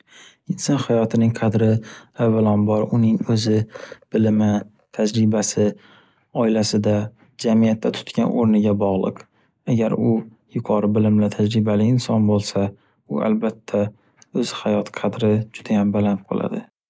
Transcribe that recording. Inson hayotining qadri avvalambor uning o’zi, bilimi, tajribasi, oilasida, jamiyatda tutgan o’rniga bog’liq. Agar u yuqori bilimli tajribali inson bo’lsa, u albatta o’z hayot qadri judayam baland bo’ladi.